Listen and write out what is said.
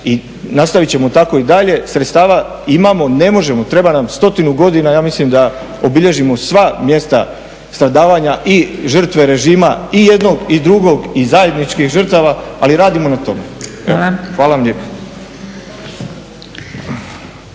i nastavit ćemo tako i dalje, sredstva imamo, ne možemo, treba nam stotinu godinu, ja mislim da obilježimo sva mjesta stradavanja i žrtve režima, i jednog i drugog i zajedničkih žrtava, ali radimo na tome. Hvala vam lijepo.